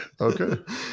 okay